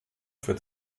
für